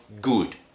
good